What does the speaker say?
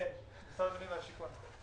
אני ממשרד השיכון.